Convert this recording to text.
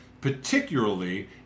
particularly